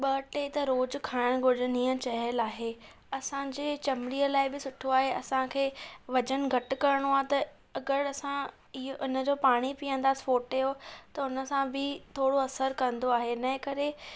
ॿ टे त रोज़ु खाइणु घुरिजनि हीअं चयलु आहे असांजे चमड़ीअ लाइ ॿि सुठो आहे असांखे वज़न घटि करणो आहे त अग॒रि असां इहे इन जो पाणी पीअंदासीं फोटे जो त हुन सां ॿि थोड़ो असर कंदो आहे हिन जे करे